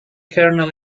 kernel